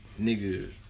nigga